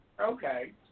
Okay